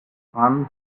spun